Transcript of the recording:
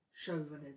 chauvinism